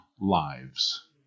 lives